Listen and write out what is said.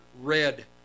red